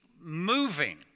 moving